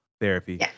therapy